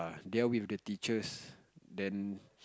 they're with the teachers then